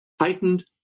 heightened